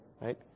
Right